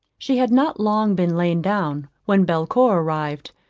she had not long been lain down, when belcour arrived,